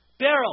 Daryl